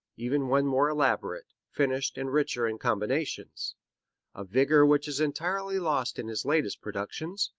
even when more elaborate, finished and richer in combinations a vigor which is entirely lost in his latest productions,